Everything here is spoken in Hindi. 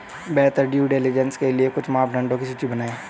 बेहतर ड्यू डिलिजेंस के लिए कुछ मापदंडों की सूची बनाएं?